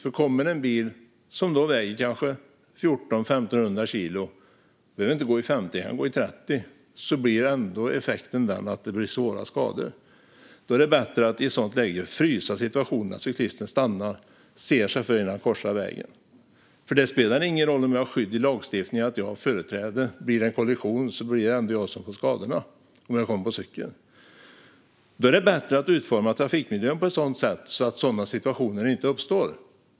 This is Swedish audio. Om det kommer en bil som kanske väger 1 400-1 500 kilo - och den behöver inte gå i 50 utan kanske i 30 - blir effekten att det blir svåra skador. Det är bättre att i ett sådant läge frysa situationen så att cyklisten stannar och ser sig för innan han korsar vägen. Det spelar ingen roll om jag har skydd i lagstiftningen om att jag har företräde; om det blir en kollision blir det ändå jag som får skadorna om jag kommer på cykel. Då är det bättre att utforma trafikmiljön på ett sådant sätt att sådana situationer inte uppstår.